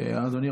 אדוני,